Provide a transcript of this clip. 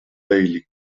bailey